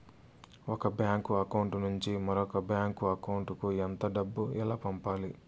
ఒక bank account నుంచి మరొక బ్యాంకు అకౌంట్ కు ఎంత డబ్బు ఎలా పంపాలి